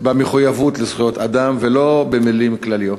במחויבות לזכויות אדם ולא במילים כלליות.